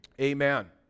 amen